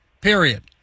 Period